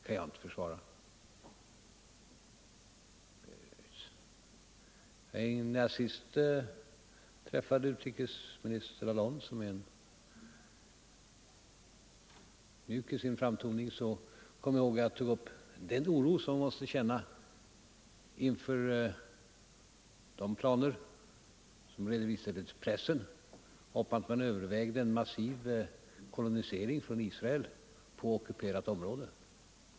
När jag senast träffade utrikesminister Allon, som är mycket mjuk i sin framtoning, tog jag upp den oro som jag kände inför de planer som hade redovisats i pressen om att Israel övervägde en massiv kolonisering på ockuperat område.